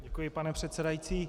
Děkuji, pane předsedající.